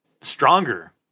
stronger